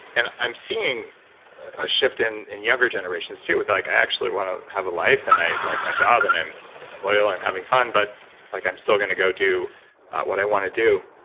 and i'm seeing a shift in and younger generations, too, with like i actually want to have a life and i like my job. and i'm i'm loyal. i'm having fun but like i'm still going to go do what i want to do.